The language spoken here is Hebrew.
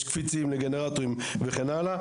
יש קפיצים לגנרטורים וכן הלאה.